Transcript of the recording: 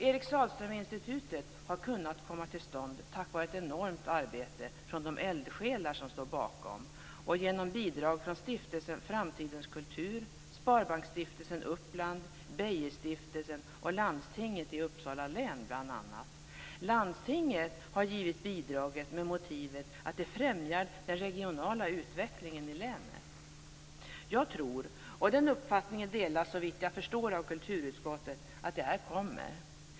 Eric Sahlström-Institutet har kunnat komma till stånd tack vare ett enormt arbete från de eldsjälar som står bakom det och genom bidrag från bl.a. Stiftelsen Framtidens Kultur, Sparbanksstiftelsen Upland, Beijerstiftelsen och Uppsala läns landsting. Landstinget har givit sitt bidrag med motiveringen att det främjar den regionala utvecklingen i länet. Jag tror, och den uppfattningen delas såvitt jag förstår av kulturutskottet, att det här är något som kommer.